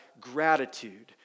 gratitude